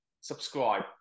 subscribe